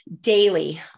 daily